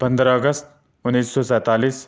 پندرہ اگست انیس سو سینتالیس